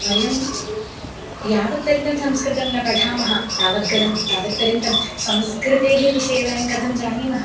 वयं यावत्पर्यन्तं संस्कृतं न पठामः तावत् कर् तावत्पर्यन्तं संस्कृतेः विषये वयं कथं जानीमः